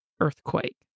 earthquake